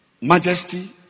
majesty